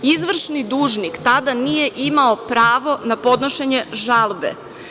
Izvršni dužnik tada nije imao pravo na podnošenje žalbe.